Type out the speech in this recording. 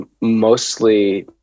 mostly